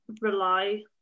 rely